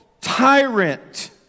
tyrant